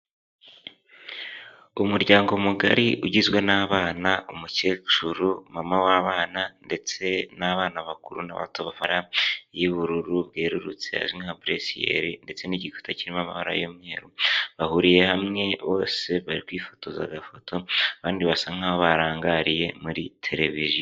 Umuryango mugari ugizwe n'abana, umukecuru, mama w'abana, ndetse n'abana bakuru n'abatoya, y'ubururu bwerurutse izwi nka buresiyeri ndetse n'igikuta kirimo amabara y'umweru bahuriye hamwe bose bari kwifotoza agafoto abandi basa nk'aho barangariye muri televiziyo.